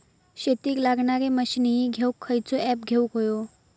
शेतीक लागणारे मशीनी घेवक खयचो ऍप घेवक होयो?